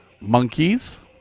Monkeys